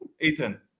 Ethan